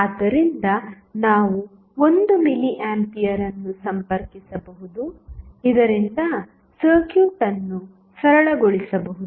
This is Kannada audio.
ಆದ್ದರಿಂದ ನಾವು 1 ಮಿಲಿ ಆಂಪಿಯರ್ ಅನ್ನು ಸಂಪರ್ಕಿಸಬಹುದು ಇದರಿಂದ ಸರ್ಕ್ಯೂಟ್ ಅನ್ನು ಸರಳಗೊಳಿಸಬಹುದು